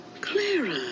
Clara